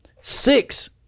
Six